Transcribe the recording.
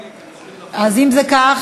אם זה כך,